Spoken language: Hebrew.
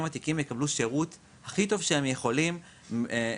ותיקים יקבלו שירות הכי טוב שהם יכולים בבנקים.